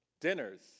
dinners